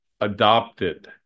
adopted